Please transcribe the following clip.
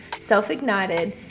self-ignited